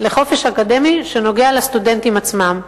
בחופש אקדמי שנוגע לסטודנטים עצמם.